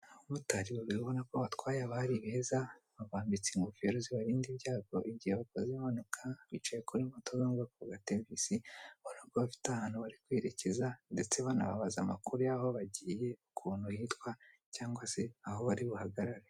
Abamotari babiri urabona ko batware abari beza babambitse ingofero zibarinda ibyago igihe bakoze impanuka bicaye ku moto zo mubwoko bwa tevesi, ubonako bafite ahantu barirekeza ndetse banabaza amakuru y'aho bagiye ukuntu hitwa cyangwa se aho bari buhagarare.